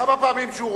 כמה פעמים שהוא רוצה.